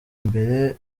mbere